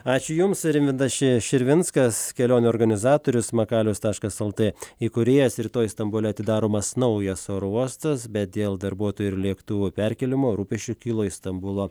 ačiū jums rimvydas ši širvinskas kelionių organizatorius makalius taškas lt įkūrėjas rytoj stambule atidaromas naujas oro uostas bet dėl darbuotojų ir lėktuvų perkėlimo rūpesčių kilo iš stambulo